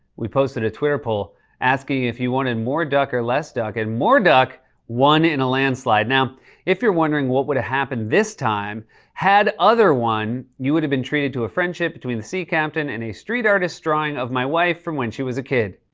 we posted a twitter poll asking if you wanted more duck or less duck, and more duck won in a landslide. now if you're wondering what would have happened this time had other won, you would have been treated to a friendship between the sea captain and a street artist's drawing of my wife from when she was a kid.